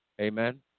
Amen